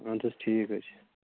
اَدٕ حَظ ٹھیٖک حَظ چھُ